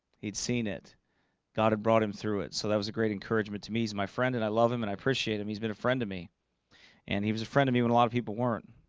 he'd seen it god had brought him through it. so that was a great encouragement to me he's my friend and i love him and i appreciate him he's been a friend to me and he was a friend of me when a lot of people weren't